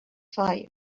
fire